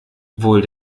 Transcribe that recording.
wohl